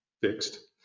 fixed